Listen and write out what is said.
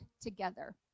together